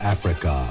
Africa